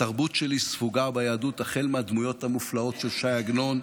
התרבות שלי ספוגה ביהדות החל מהדמויות המופלאות של ש"י עגנון,